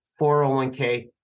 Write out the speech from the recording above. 401k